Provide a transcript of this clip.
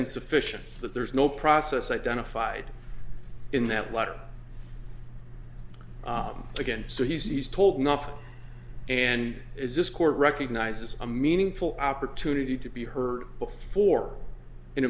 insufficient that there's no process identified in that letter again so he's told nothing and is this court recognizes a meaningful opportunity to be heard before an